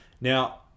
Now